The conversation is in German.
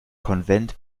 konvent